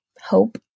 hope